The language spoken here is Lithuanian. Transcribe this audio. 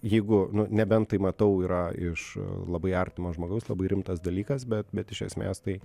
jeigu nu nebent tai matau yra iš labai artimo žmogaus labai rimtas dalykas bet bet iš esmės tai